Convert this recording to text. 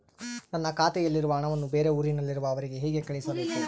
ನನ್ನ ಖಾತೆಯಲ್ಲಿರುವ ಹಣವನ್ನು ಬೇರೆ ಊರಿನಲ್ಲಿರುವ ಅವರಿಗೆ ಹೇಗೆ ಕಳಿಸಬೇಕು?